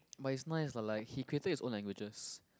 but it's nice lah like he created his own languages